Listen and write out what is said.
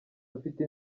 dufite